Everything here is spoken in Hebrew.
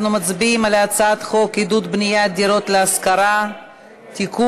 אנחנו מצביעים על הצעת חוק עידוד בניית דירות להשכרה (תיקון,